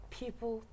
people